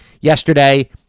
yesterday –